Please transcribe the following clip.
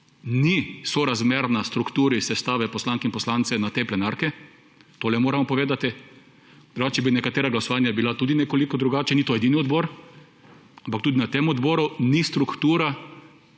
ni sorazmerna strukturi sestave poslank in poslancev na tej plenarki, to le moramo povedati, drugače bi nekatera glasovanja bila tudi nekoliko drugačna, ni to edini odbor, ampak tudi na tem odboru ni struktura